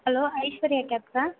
hello Aishwarya கேப்ஸா